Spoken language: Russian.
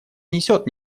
несет